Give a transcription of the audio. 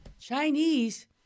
Chinese